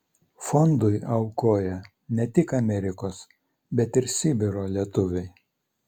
fondui aukoja ne tik amerikos bet ir sibiro lietuviai